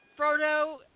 Frodo